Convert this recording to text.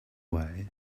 way